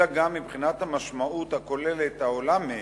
אלא גם מבחינת המשמעות הכוללת העולה מהם.